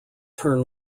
turn